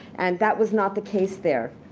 and that was not the case there.